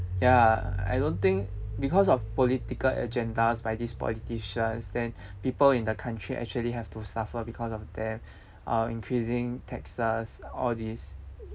ya I don't think because of political agendas by these politicians then people in the country actually have to suffer because of them uh increasing taxes all these